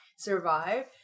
survive